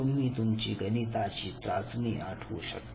तुम्ही तुमची गणिताची चाचणी आठवू शकता